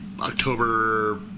October